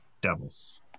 devils